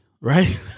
right